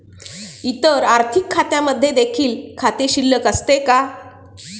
इतर आर्थिक खात्यांमध्ये देखील खाते शिल्लक असते का?